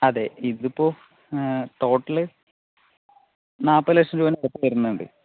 അതെ ഇതിപ്പോൾ ടോട്ടൽ നാല്പത് ലക്ഷം രൂപേൻ്റെ അടുത്ത് വരുന്നുണ്ട്